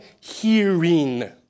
hearing